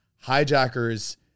hijackers